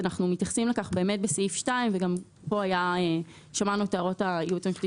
עכשיו היו דוחות קורונה